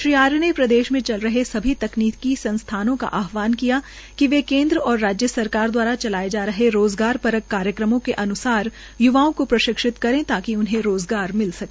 श्री आर्य ने प्रदेश में चल रहे सभी तकनीकी संस्थानों का आहवांान किया कि वे केन्द्र व राज्य सरकार दवारा चलाये जा रहे रोजगारपरक कार्यक्रमों के अन्सार य्वाओं को प्रशिक्षित करें ताकि उन्हें रोजगार मिल सके